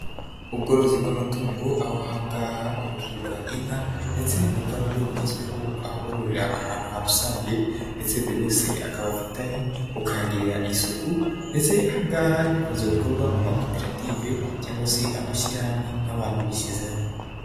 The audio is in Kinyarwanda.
Ubworozi bw'amatungo aho ahangaha hororerwa inka ndetse nibwaburyo bugezweho aho bururira ahantu rusange ndetse buri wese akaba afite ahe, ukagirira isuku ndetse ahangaha bikunze gukorwa mu makoperative cyangwa se amashyirahamwe abantu bishyize hamwe.